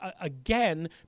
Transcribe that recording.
again